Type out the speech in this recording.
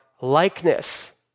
likeness